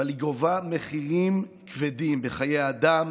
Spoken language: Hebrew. אבל היא גובה מחירים כבדים בחיי אדם